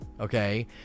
okay